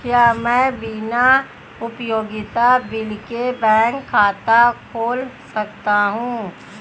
क्या मैं बिना उपयोगिता बिल के बैंक खाता खोल सकता हूँ?